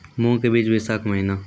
मूंग के बीज बैशाख महीना